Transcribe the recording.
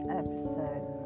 episode